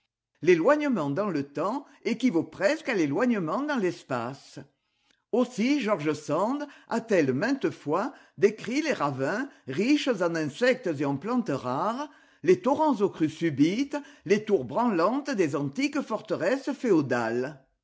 l'éloignement dans le temps équivaut presque à l'éloignement dans l'espace aussi george sand a-t-elle maintes fois décrit les ravins riches en insectes et en plantes rares les torrents aux crues subites les tours branlantes des antiques forteresses féodales